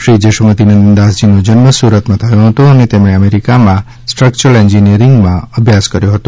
શ્રી જશૌમતી નંદન દાસજીનો જન્મ સુરતમાં થયો હતો અને તેમણે અમેરિકામાં રુગકચલ એન્જિનીયરીંગમાં અભ્યાસ કર્યો હતો